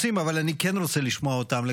נמחק שמו מהצעות חוק שהיה שותף להן עם מציעים אחרים.